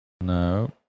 No